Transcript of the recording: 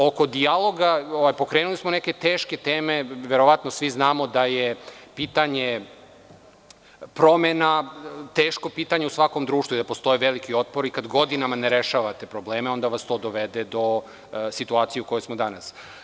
Oko dijaloga, pokrenuli smo neke teške teme, a verovatno svi znamo da je pitanje promena, teško pitanje u svakom društvu i da postoje veliki otpori kada godinama ne rešavate probleme i onda vas to dovede do situacije u kojoj smo danas.